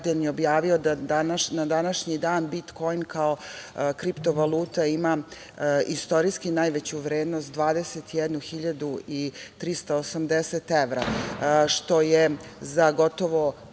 Gardijan je objavio da na današnji dan bitkoin kao kriptovaluta ima istorijski najveću vrednost – 21.380 evra, što je za gotovo